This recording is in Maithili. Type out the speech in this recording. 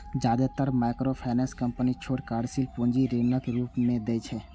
जादेतर माइक्रोफाइनेंस कंपनी छोट कार्यशील पूंजी ऋणक रूप मे दै छै